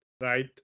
right